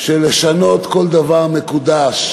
של לשנות כל דבר מקודש.